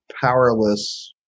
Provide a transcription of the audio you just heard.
powerless